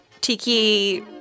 Tiki